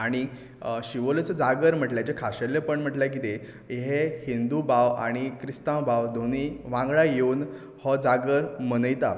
आनी शिवोलेचो जागर म्हणल्यार ताजें खाशेलेंपण म्हणल्यार कितें हें हिंदू भाव आनी क्रिस्तांव भाव दोनी वांगडा येवन हो जागर मनयता